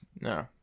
no